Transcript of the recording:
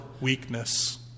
weakness